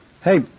Hey